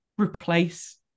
replace